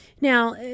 Now